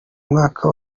mwaka